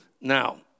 Now